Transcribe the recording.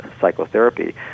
Psychotherapy